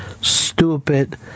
stupid